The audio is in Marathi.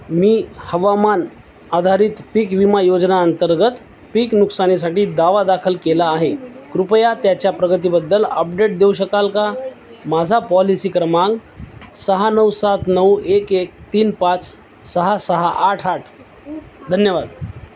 मी हवामान आधारित पीक विमा योजना अंतर्गत पीक नुकसानीसाठी दावा दाखल केला आहे कृपया त्याच्या प्रगतीबद्दल अपडेट देऊ शकाल का माझा पॉलिसी क्रमांक सहा नऊ सात नऊ एक एक तीन पाच सहा सहा आठ आठ धन्यवाद